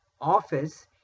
office